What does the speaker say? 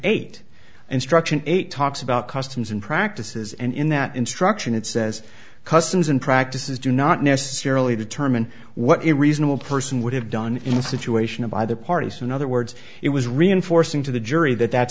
eight instruction eight talks about customs and practices and in that instruction it says customs and practices do not necessarily determine what a reasonable person would have done in the situation of either party so in other words it was reinforcing to the jury that that